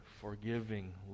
forgiving